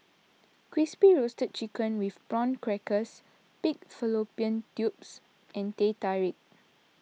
Crispy Roasted Chicken with Prawn Crackers Pig Fallopian Tubes and Teh Tarik